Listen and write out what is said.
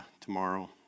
tomorrow